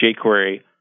jQuery